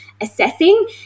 Assessing